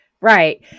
Right